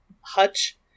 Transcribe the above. hutch